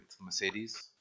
Mercedes